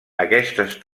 aquestes